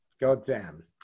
Goddamn